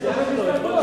יש לו שלוש הסתייגויות